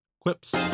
quips